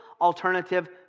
alternative